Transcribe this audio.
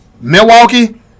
Milwaukee